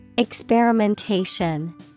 Experimentation